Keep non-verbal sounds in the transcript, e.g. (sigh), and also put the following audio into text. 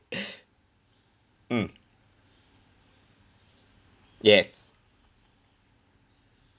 (breath) mm yes